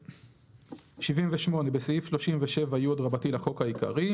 בסעיף 37י לחוק העיקרי,